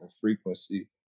frequency